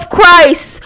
Christ